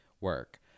work